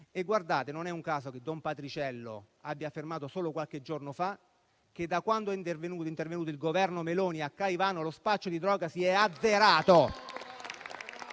zone. Non è un caso che don Patriciello abbia affermato solo qualche giorno fa che, da quando è intervenuto il Governo Meloni a Caivano, lo spaccio di droga si è azzerato.